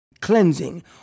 cleansing